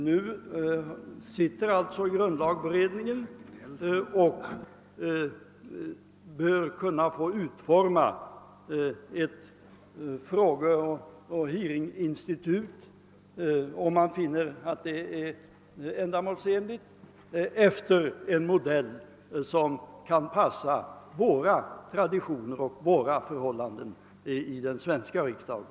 Nu sitter alltså grundlagberedningen och bör kunna få utforma ett förslag till ett frågeoch hearinginstitut, om man finner detta ändamålsenligt, efter en modell som kan passa traditionerna och förhållandena i den svenska riksdagen.